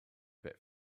bit